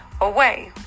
away